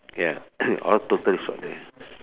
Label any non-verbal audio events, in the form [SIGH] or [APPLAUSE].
ya [COUGHS] all